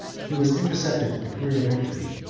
he was intercepted in the career of victory,